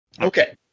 Okay